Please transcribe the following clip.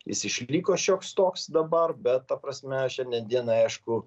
jis išliko šioks toks dabar bet ta prasme šiandien dienai aišku